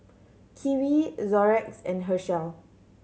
Kiwi Xorex and Herschel